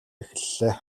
эхэллээ